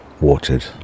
watered